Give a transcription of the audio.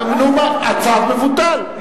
נו, מה, הצו מבוטל.